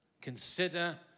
Consider